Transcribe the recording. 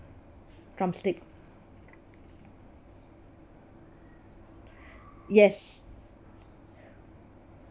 drumstick yes